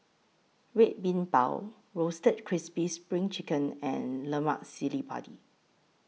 Red Bean Bao Roasted Crispy SPRING Chicken and Lemak Cili Padi